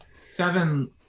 seven